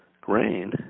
grain